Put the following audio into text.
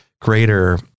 greater